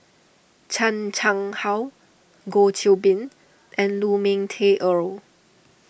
Chan Chang How Goh Qiu Bin and Lu Ming Teh Earl